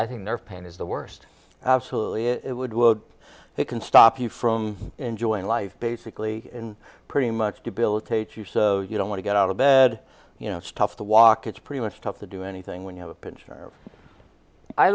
i think their pain is the worst absolutely it would it can stop you from enjoying life basically in pretty much debilitates you so you don't want to get out of bed you know it's tough to walk it's pretty much tough to do anything when you have a